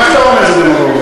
מה שאתה אומר זה דמגוגיה.